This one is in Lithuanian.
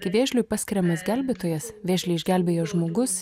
kai vėžliui paskiriamas gelbėtojas vėžlį išgelbėjęs žmogus